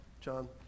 John